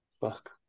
fuck